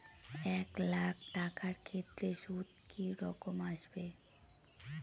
এক লাখ টাকার ক্ষেত্রে সুদ কি রকম আসবে?